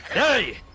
hey